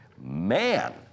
man